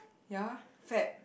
ya fat